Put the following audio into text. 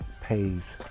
pays